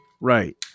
right